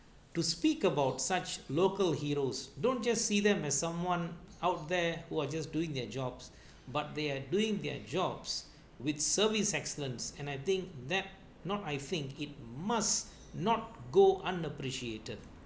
to speak about such local heroes don't just see them as someone out there who are just doing their jobs but they are doing their jobs with service excellence and I think that not I think it must not go unappreciated